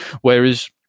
Whereas